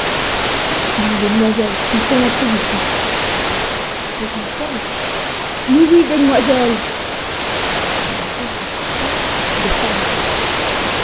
oui les demoiselles ousqu'on en trouve ici des demoiselles mais oui des demoiselles le garçon se rapprocha baissa la voix